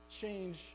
change